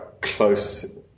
close